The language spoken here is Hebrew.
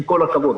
עם כל הכבוד.